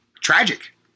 tragic